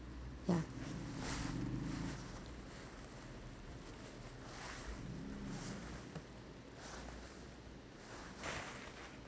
ya